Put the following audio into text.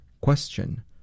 Question